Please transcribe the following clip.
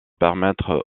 permettre